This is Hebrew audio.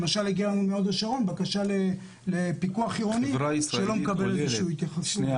למשל הגיעה מהוד השרון בקשה לפיקוח עירונית שלא מקבלת התייחסות.